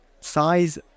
Size